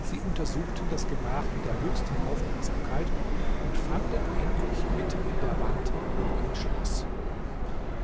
sie untersuchten das gemach mit der höchsten aufmerksamkeit und fanden endlich mitten in der wand ein schloß